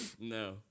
No